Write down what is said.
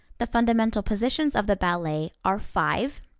the fundamental positions of the ballet are five,